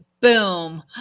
boom